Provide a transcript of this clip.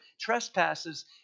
trespasses